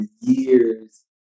years